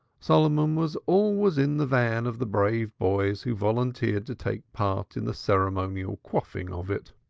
solomon was always in the van of the brave boys who volunteered to take part in the ceremonial quaffing of it.